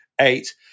eight